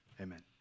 amen